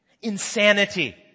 Insanity